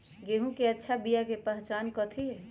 गेंहू के अच्छा बिया के पहचान कथि हई?